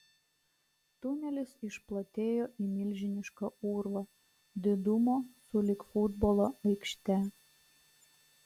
tunelis išplatėjo į milžinišką urvą didumo sulig futbolo aikšte